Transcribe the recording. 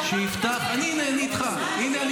הינה, אני איתך.